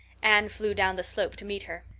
anne flew down the slope to meet her.